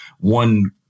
one